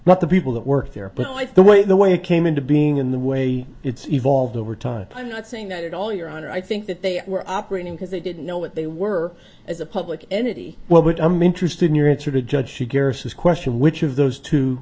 not the people that work there but if the way the way it came into being in the way it's evolved over time i'm not saying that at all your honor i think that they were operating because they didn't know what they were as a public entity well but i'm interested in your answer to judge she care says question which of those t